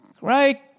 right